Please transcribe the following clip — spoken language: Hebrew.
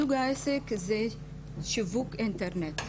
סוג העסק הוא שיווק אינטרנט.